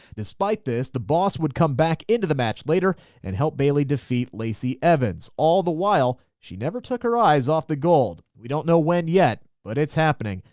despite this, the boss would come back into the match later and helped bayley defeat lacey evans. all the while, she never took her eyes off the gold. we don't know when yet but it's happening.